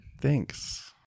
Thanks